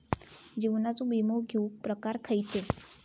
जीवनाचो विमो घेऊक प्रकार खैचे?